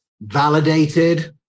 validated